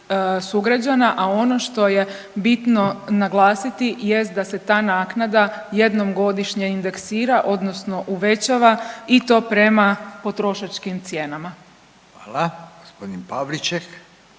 sugrađana. A ono što je bitno naglasiti jest da se ta naknada jednom godišnje indeksira odnosno uvećava i to prema potrošačkim cijenama. **Radin, Furio